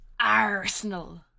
Arsenal